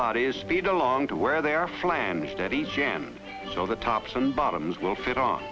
bodies speed along to where they are flange studies jan so the tops and bottoms will fit on